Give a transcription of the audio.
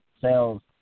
sales